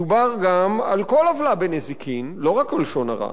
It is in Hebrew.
מדובר גם על כל עוולה בנזיקין, לא רק לשון הרע